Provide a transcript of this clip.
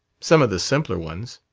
some of the simpler ones.